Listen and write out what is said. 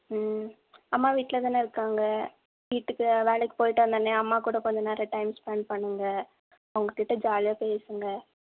ம் அம்மா வீட்டில தான இருக்காங்க வீட்டுக்கு வேலைக்கு போய்ட்டு வந்தோம்னே அம்மா கூட கொஞ்சம் நேரம் டைம் ஸ்பென்ட் பண்ணுங்கள் அவங்ககிட்ட ஜாலியாக பேசுங்கள்